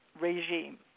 regime